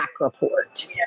report